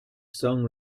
song